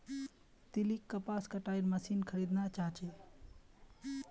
लिलीक कपास कटाईर मशीन खरीदना चाहा छे